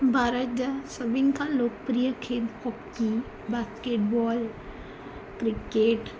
भारत जा सभिनि खां लोकप्रिय खेल हॉकी बास्केटबॉल क्रिकेट